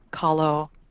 kalo